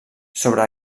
sobre